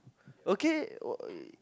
okay w~ uh